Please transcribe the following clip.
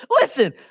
listen